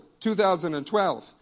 2012